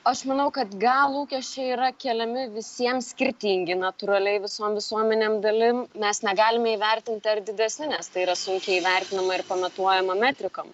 aš manau kad gal lūkesčiai yra keliami visiems skirtingi natūraliai visom visuomenėm dalim mes negalime įvertinti ar didesni nes tai yra sunkiai įvertinama ir pamatuojama metrikom